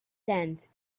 tenth